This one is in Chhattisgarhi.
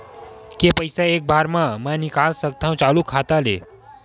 के पईसा एक बार मा मैं निकाल सकथव चालू खाता ले?